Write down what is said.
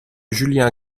julien